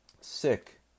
Sick